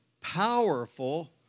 powerful